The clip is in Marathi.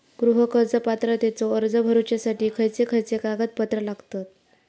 गृह कर्ज पात्रतेचो अर्ज भरुच्यासाठी खयचे खयचे कागदपत्र लागतत?